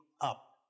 up